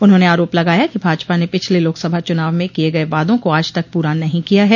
उन्होंने आरोप लगाया कि भाजपा ने पिछले लोकसभा चुनाव में किये गये वादा को आज तक पूरा नहीं किया है